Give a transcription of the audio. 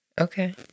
Okay